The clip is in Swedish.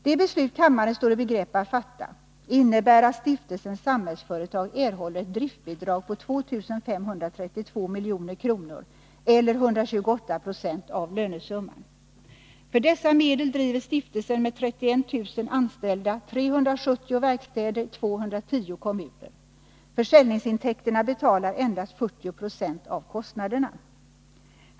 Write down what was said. Det beslut kammaren står i begrepp att fatta innebär att Stiftelsen Samhällsföretag erhåller ett driftbidrag på 2 532 milj.kr., eller 128 7 av lönesumman. För dessa medel driver stiftelsen med 31 000 anställda 370 verkstäder i 210 kommuner. Försäljningsintäkterna betalar endast 40 26 av kostnaderna.